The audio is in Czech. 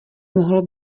mohlo